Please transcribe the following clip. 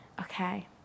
Okay